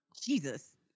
jesus